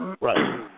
Right